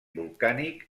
volcànic